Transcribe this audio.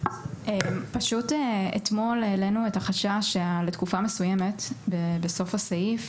פשוט אתמול העלינו את החשש שה"לתקופה מסוימת" בסוף הסעיף